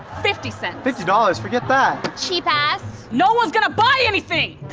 fifty cents. fifty dollars? forget that! cheap-ass! no one's gonna buy anything!